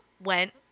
went